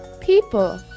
people